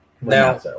Now